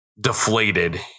deflated